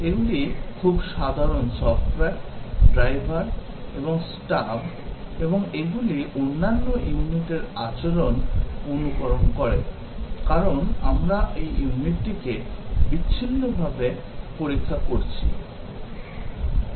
এগুলি খুব সাধারণ সফ্টওয়্যার ড্রাইভার এবং স্টাব এবং এগুলি অন্যান্য ইউনিটের আচরণ অনুকরণ করে কারণ আমরা এই ইউনিটটিকে বিচ্ছিন্নভাবে পরীক্ষা করছি